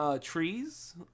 trees